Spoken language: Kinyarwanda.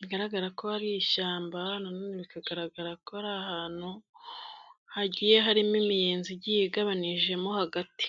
bigaragara ko hari ishyamba nanone bikagaragara ko ari ahantu hagiye harimo imiyezi igiye igabanijemo hagati.